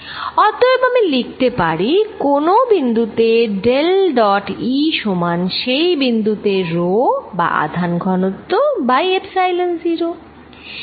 অতএব আমি লিখতে পারি কোন বিন্দু তে ডেল ডট E সমান সেই বিন্দু তে রো বা আধান ঘনত্ব বাই এপ্সাইলন 0